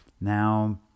Now